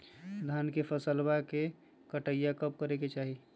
धान के फसलवा के कटाईया कब करे के चाही?